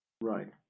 Right